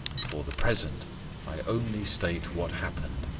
for the present i only state what happened.